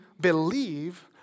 believe